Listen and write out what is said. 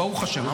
ברוך השם.